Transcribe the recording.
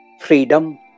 freedom